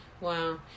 Wow